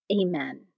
Amen